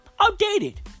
outdated